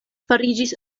fariĝis